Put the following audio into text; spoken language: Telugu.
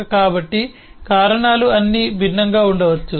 కాబట్టి కారణాలు అన్నీ భిన్నంగా ఉండవచ్చు